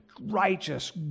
righteous